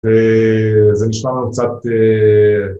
זה נשמע לנו קצת